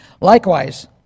Likewise